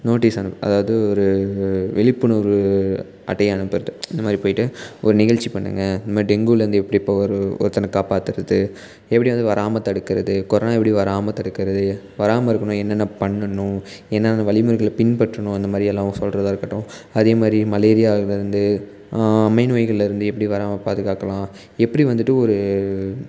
notice அனு அதாவது ஒரு விழிப்புணர்வு அட்டையை அனுப்புறது இந்தமாதிரி போய்ட்டு ஒரு நிகழ்ச்சி பண்ணுங்க இந்தமாதிரி டெங்குலேருந்து எப்படி போகறவு ஒருத்தனை காப்பாத்துவது எப்படி வந்து வராமல் தடுக்கிறது கொரோனா எப்படி வராமல் தடுக்கிறது வராமல் இருக்கணும்னா என்னென்ன பண்ணணும் என்னென்ன வழிமுறைகளை பின்பற்றணும் இந்தமாதிரி எல்லாம் சொல்றதாக இருக்கட்டும் அதேமாதிரி மலேரியாவிலருந்து அம்மை நோய்கள்லிருந்து எப்படி வராமல் பாதுகாக்கலாம் எப்படி வந்துட்டு ஒரு